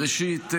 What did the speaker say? ראשית,